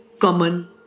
common